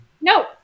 No